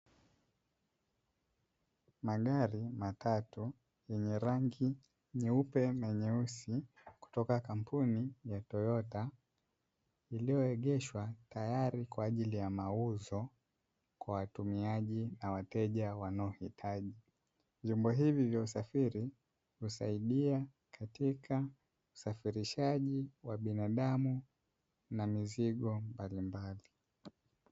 Magari matatu yenye rangi nyeupe na nyeusi kutoka katika kampuni ya Toyota, iliyoegeshwa tayari kwaajili ya mauzo kwa wa tumiaji na wateja wanaoitaji, vyombo hivi vya usafili, husaidia katika usafilishaji wa binadamu na mizigo mbalimbali.